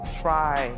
try